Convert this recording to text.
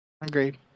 Agreed